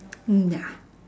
mm ya